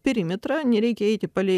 perimetrą nereikia eiti palei